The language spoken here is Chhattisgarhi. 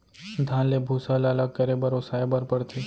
धान ले भूसा ल अलग करे बर ओसाए बर परथे